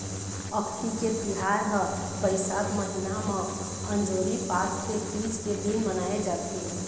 अक्ती के तिहार ह बइसाख महिना म अंजोरी पाख के तीज के दिन मनाए जाथे